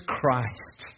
Christ